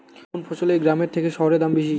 কোন ফসলের গ্রামের থেকে শহরে দাম বেশি?